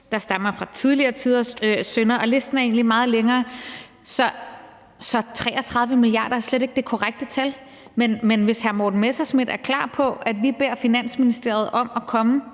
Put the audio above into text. der stammer fra tidligere tiders synder, og listen er egentlig meget længere. Så 33 mia. kr. er slet ikke det korrekte tal. Men måske er hr. Morten Messerschmidt klar på, at vi beder Finansministeriet om at komme